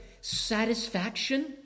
satisfaction